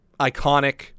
Iconic